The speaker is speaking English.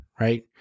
right